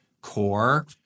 core